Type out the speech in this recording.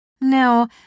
no